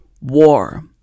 War